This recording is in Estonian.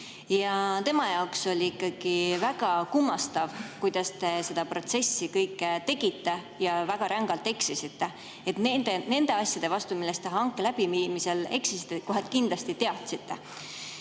Ja tema jaoks oli ikkagi väga kummastav, kuidas te seda protsessi tegite ja väga rängalt eksisite. [Neid asju], mille vastu te hanke läbiviimisel eksisite, te kohe kindlasti teadsite.